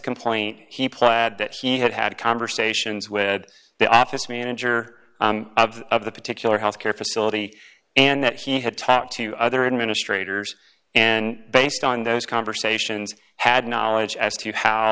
he plaid that he had had conversations with the office manager of the particular health care facility and that he had talked to other administrators and based on those conversations had knowledge as to how